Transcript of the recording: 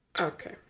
okay